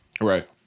Right